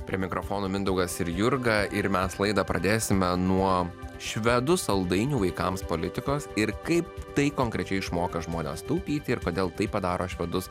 prie mikrofono mindaugas ir jurga ir mes laidą pradėsime nuo švedų saldainių vaikams politikos ir kaip tai konkrečiai išmokė žmones taupyti ir kodėl tai padaro švedus